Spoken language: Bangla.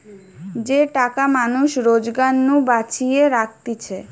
যে টাকা মানুষ রোজগার নু বাঁচিয়ে রাখতিছে